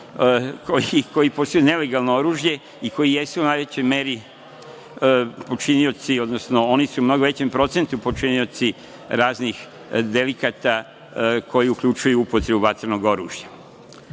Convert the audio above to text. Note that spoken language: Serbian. koji poseduju nelegalno oružje i koji jesu u najvećoj meri počinioci, odnosno oni su u mnogo većem procentu počinioci raznih delikata koji uključuju upotrebu vatrenog oružja. Još